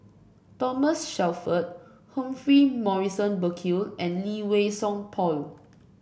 Thomas Shelford Humphrey Morrison Burkill and Lee Wei Song Paul